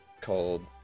called